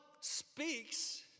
speaks